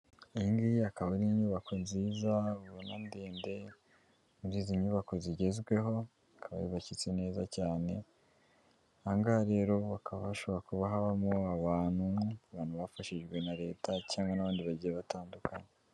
Iyi ngiyi akaba ari inyubako nziza ubona ndende muri izi nyubako zigezweho ikaba yubakitse neza cyane, aha ngaha rero hakaba hashobora kuba habamo abantu, abantu bafashijwe na leta cyangwa n'abandi bagiye batandukanye.